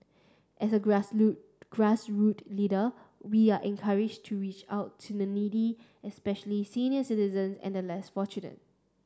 as a grassroot grassroot leader we are encouraged to reach out to the needy especially senior citizens and the less fortunate